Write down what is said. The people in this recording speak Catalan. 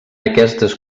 aquestes